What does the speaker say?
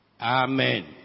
Amen